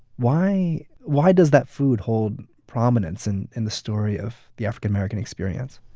why why does that food hold prominence and in the story of the african-american experience?